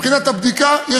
מבחינת הבדיקה,